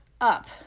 up